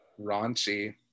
raunchy